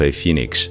Phoenix 。